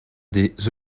des